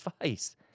advice